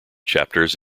chapters